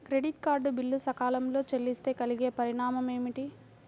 Credit card bill సకాలంలో చెల్లిస్తే కలిగే పరిణామాలేమిటి?